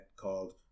called